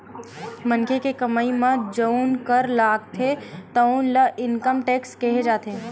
मनखे के कमई म जउन कर लागथे तउन ल इनकम टेक्स केहे जाथे